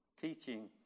teaching